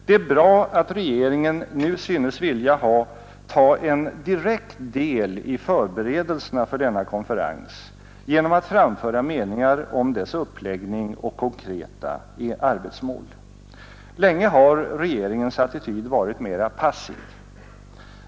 Det är bra att regeringen nu synes vilja ta en direkt del i förberedelserna för denna konferens genom att framföra meningar om dess uppläggning och konkreta arbetsmål. Länge har regeringens attityd varit mera passiv.